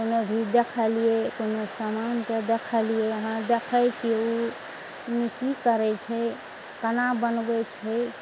कोनो भी देखलियै कोनो समानके देखलियै अहाँ देखय छी उ की करय छै केना बनबय छै